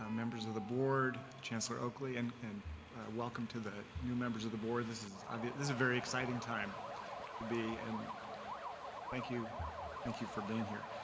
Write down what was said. ah members of the board, chancellor oakley and and welcome to the new members of the board. this is i mean very exciting time to be and thank you thank you for being here.